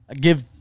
give